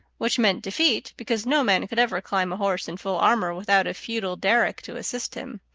which meant defeat, because no man could ever climb a horse in full armor without a feudal derrick to assist him.